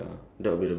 ya